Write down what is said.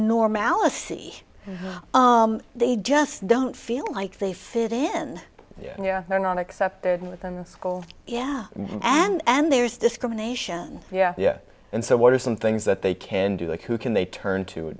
normality they just don't feel like they fit in yeah they're not accepted within the school yeah and there's discrimination yeah yeah and so what are some things that they can do and who can they turn to